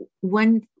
one